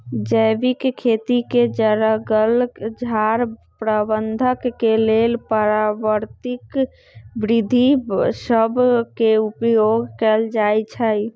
जैविक खेती में जङगल झार प्रबंधन के लेल पारंपरिक विद्ध सभ में उपयोग कएल जाइ छइ